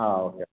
ಹಾಂ ಓಕೆ